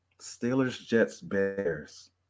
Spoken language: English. Steelers-Jets-Bears